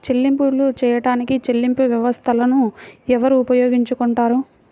చెల్లింపులు చేయడానికి చెల్లింపు వ్యవస్థలను ఎవరు ఉపయోగించుకొంటారు?